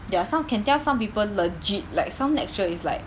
ya some can tell some people legit like some lecturer is like